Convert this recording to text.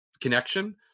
connection